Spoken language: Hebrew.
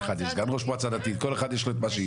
לאחת יש גם ראש מועצה דתי וכל אחד יש לו את מה שיש לו.